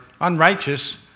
unrighteous